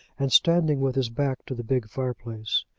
and standing with his back to the big fireplace.